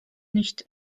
nicht